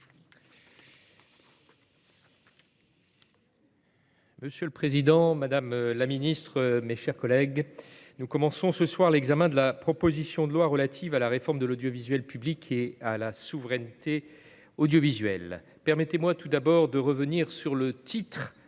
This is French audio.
Monsieur le président, madame la ministre, mes chers collègues, nous commençons cet après-midi l'examen de la proposition de loi relative à la réforme de l'audiovisuel public et à la souveraineté audiovisuelle. Permettez-moi tout d'abord de revenir sur le titre de cette proposition de loi.